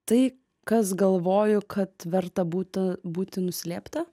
tai kas galvoju kad verta būtų būti nuslėpta